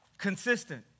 Consistent